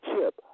chip